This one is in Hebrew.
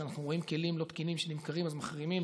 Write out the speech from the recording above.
וכשאנחנו רואים כלים לא תקינים שנמכרים אז מחרימים,